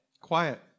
Quiet